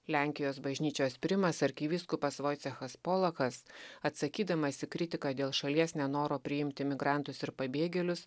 lenkijos bažnyčios primas arkivyskupas voicechas polochas atsakydamas į kritiką dėl šalies nenoro priimti migrantus ir pabėgėlius